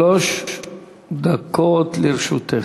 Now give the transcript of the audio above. שלוש דקות לרשותך.